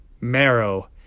marrow